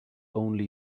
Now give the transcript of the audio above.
only